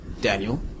Daniel